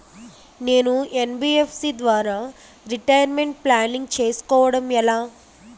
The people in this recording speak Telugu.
నేను యన్.బి.ఎఫ్.సి ద్వారా రిటైర్మెంట్ ప్లానింగ్ చేసుకోవడం ఎలా?